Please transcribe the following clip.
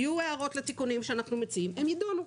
יהיו הערות לתיקונים שאנחנו מציעים והם יידונו.